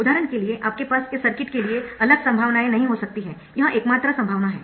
उदाहरण के लिए आपके पास इस सर्किट के लिए अलग संभावनाएं नहीं हो सकती है यह एकमात्र संभावना है